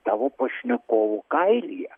tavo pašnekovo kailyje